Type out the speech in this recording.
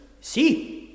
See